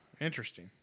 interesting